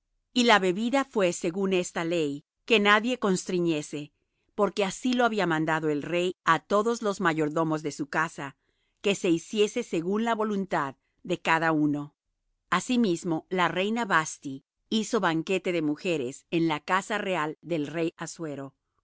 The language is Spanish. y la bebida fué según esta ley que nadie constriñese porque así lo había mandado el rey á todos los mayordomos de su casa que se hiciese según la voluntad de cada uno asimismo la reina vasthi hizo banquete de mujeres en la casa real del rey assuero